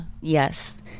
Yes